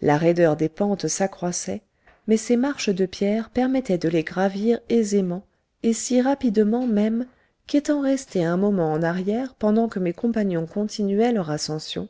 la raideur des pentes s'accroissait mais ces marches de pierres permettaient de les gravir aisément et si rapidement même qu'étant resté un moment en arrière pendant que mes compagnons continuaient leur ascension